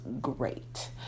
great